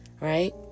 Right